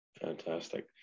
fantastic